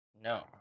No